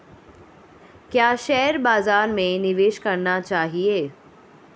क्या शेयर बाज़ार में निवेश करना सही है?